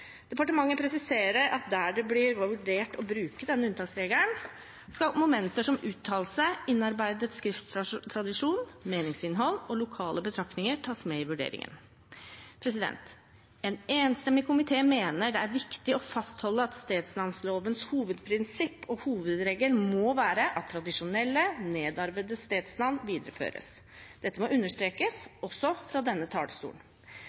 Departementet presiserer at der det blir vurdert å bruke denne unntaksregelen, skal momenter som uttalelse, innarbeidet skrifttradisjon, meningsinnhold og lokale betraktninger tas med i vurderingen. En enstemmig komité mener det er viktig å fastholde at stedsnavnlovens hovedprinsipp og hovedregel må være at tradisjonelle, nedarvede stedsnavn videreføres. Dette må understrekes, også fra denne talerstolen.